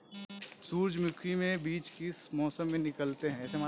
सूरजमुखी में बीज किस मौसम में निकलते हैं?